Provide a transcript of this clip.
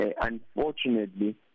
unfortunately